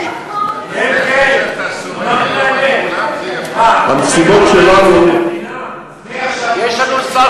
נאמר את האמת, יש לנו שר